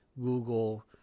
Google